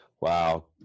Wow